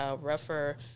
rougher